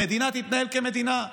המדינה תתנהל כמדינה.